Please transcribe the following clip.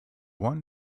won